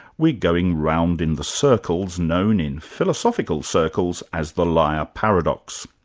we're going round in the circles known in philosophical circles as the liar paradox.